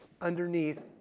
underneath